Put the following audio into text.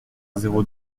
zéro